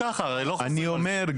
אני אומר,